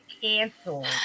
canceled